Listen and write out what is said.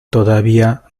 todavía